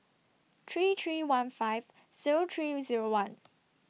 three three one five Zero three Zero one